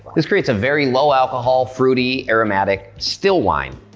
this creates a very low alcohol, fruity, aromatic still wine,